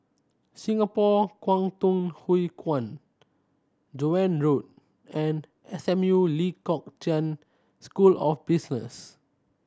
Singapore Kwangtung Hui Kuan Joan Road and S M U Lee Kong Chian School of Business